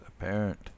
apparent